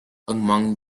among